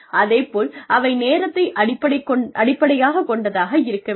அதேபோல அவை நேரத்தை அடிப்படையாகக் கொண்டதாக இருக்க வேண்டும்